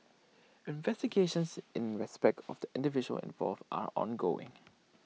investigations in respect of the individuals involved are ongoing